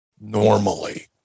Normally